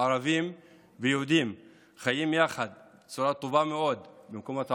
ערבים ויהודים חיים יחד בצורה טובה מאוד במקומות העבודה,